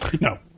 No